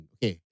Okay